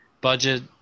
Budget